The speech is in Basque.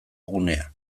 gunea